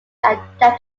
adapted